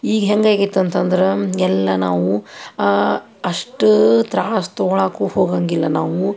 ಈಗ ಹೆಂಗಾಗೈತಿ ಅಂತಂದ್ರೆ ಎಲ್ಲ ನಾವು ಅಷ್ಟು ತ್ರಾಸ್ ತಗೊಳ್ಳೋಕೂ ಹೋಗೋಂಗಿಲ್ಲ ನಾವು